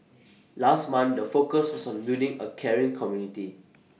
last month the focus was on building A caring community